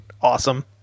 Awesome